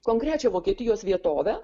konkrečią vokietijos vietovę